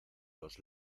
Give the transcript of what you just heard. los